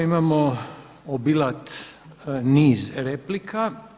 Imamo obilat niz replika.